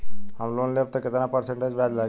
हम लोन लेब त कितना परसेंट ब्याज लागी?